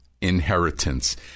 inheritance